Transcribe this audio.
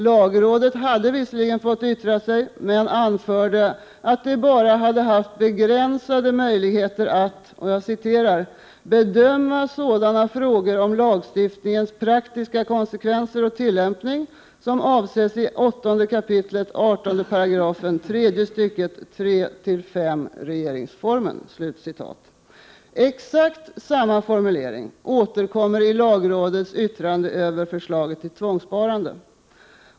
Lagrådet hade visserligen fått yttra sig, men anförde att det bara hade haft begränsade möjligheter att ”bedöma sådana frågor om lagstiftningens praktiska konsekvenser och tillämpning som avses i 8 kap. 18 § tredje stycket 3-5 regeringsformen”. Exakt samma formulering återkommer i lagrådets yttrande över förslaget till tvångssparande.